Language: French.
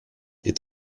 est